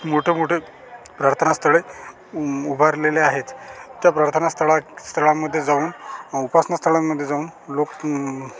मोठे मोठे प्रार्थना स्थळे उभारलेले आहेत त्या प्रार्थना स्थळा स्थळांमध्ये जाऊन उपासना स्थळांमध्ये जाऊन लोक